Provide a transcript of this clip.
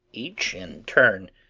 each in turn,